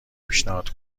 پیشنهاد